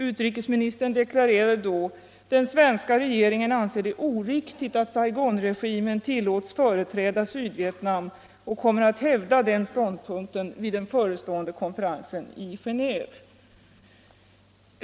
Utrikesministern deklarerade då att den svenska regeringen anser det oriktigt att Saigonregimen tillåts företräda Sydvietnam och skulle komma att hävda den ståndpunkten vid den förestående konferensen i Genéve.